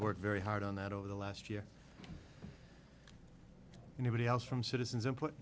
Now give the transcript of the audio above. worked very hard on that over the last year and nobody else from citizens input